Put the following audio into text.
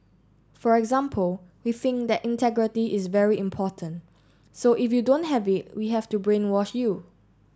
for example we think that integrity is very important so if you don't have it we have to brainwash you